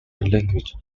languages